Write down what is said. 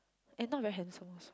and not very handsome